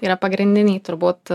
yra pagrindiniai turbūt